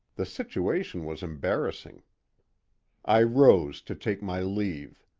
the situation was embarrassing i rose to take my leave.